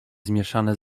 zmieszane